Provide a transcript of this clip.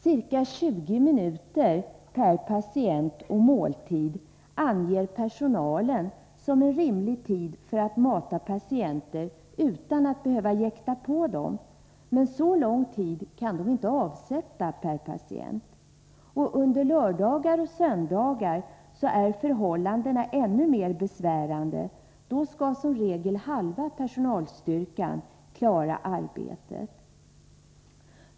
Ca 20 minuter per patient och måltid anger personalen som en rimlig tid för att mata patienter utan att behöva jäkta på dem, men så lång tid kan de inte avsätta per patient. Under lördagar och söndagar är förhållandena ännu mer besvärande. Då 88 skall som regel halva personalstyrkan klara arbetet.